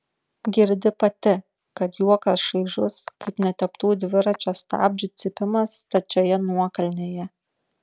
girdi pati kad juokas šaižus kaip neteptų dviračio stabdžių cypimas stačioje nuokalnėje